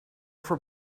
for